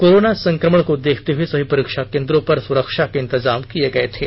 corona संक्रमण को देखते हए सभी केंद्रों पर सुरक्षा के इंतजाम किए गए थे